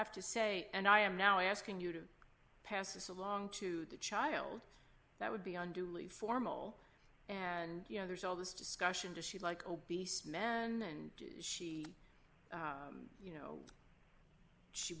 have to say and i am now asking you to pass this along to the child that would be on duly formal and you know there's all this discussion does she like obese men and she